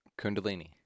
Kundalini